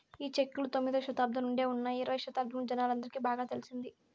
ఈ చెక్కులు తొమ్మిదవ శతాబ్దం నుండే ఉన్నాయి ఇరవై శతాబ్దంలో జనాలందరికి బాగా తెలిసింది